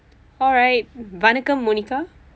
alright வணக்கம்:vanakkam monica